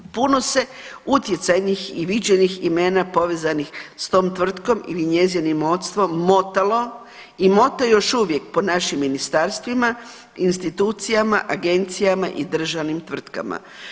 Puno se utjecajnih i viđenih imena povezanih s tom tvrtkom ili njezinim vodstvom motalno i mota još uvijek po našim ministarstvima, institucijama, agencijama i državnim tvrtkama.